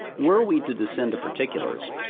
were we to descend to particulars,